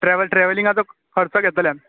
travel ट्रेवलिंगाचो खर्च घेतले आमी